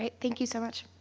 thank you so much.